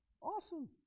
Awesome